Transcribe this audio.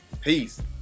peace